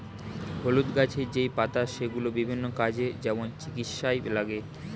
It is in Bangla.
হলুদ গাছের যেই পাতা সেগুলো বিভিন্ন কাজে, যেমন চিকিৎসায় লাগে